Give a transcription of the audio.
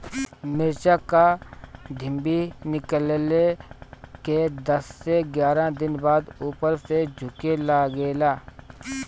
मिरचा क डिभी निकलले के दस से एग्यारह दिन बाद उपर से झुके लागेला?